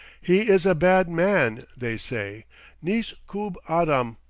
he is a bad man, they say neis koob adam.